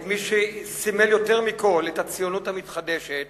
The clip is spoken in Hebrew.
את מי שסימל יותר מכול את הציונות המתחדשת